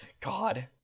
God